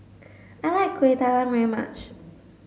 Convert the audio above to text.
I like Kuih Talam very much